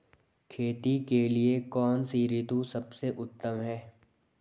खेती के लिए कौन सी ऋतु सबसे उत्तम है?